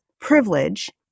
privilege